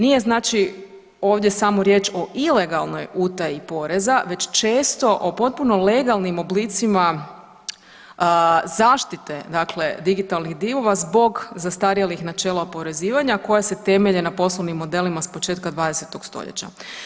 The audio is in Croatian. Nije znači ovdje samo riječ o ilegalnoj utaji poreza, već često o potpuno legalnim oblicima zaštite dakle digitalnih divova zbog zastarjelih načela oporezivanja koja se temelje na poslovnim modelima s početka 20. stoljeća.